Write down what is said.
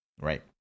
Right